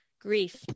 Grief